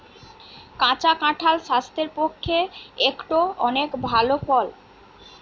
কাঁচা কাঁঠাল স্বাস্থ্যের পক্ষে একটো অনেক ভাল ফল